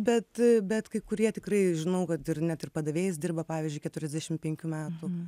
bet bet kai kurie tikrai žinau kad ir net ir padavėjais dirba pavyzdžiui keturiasdešim penkių metų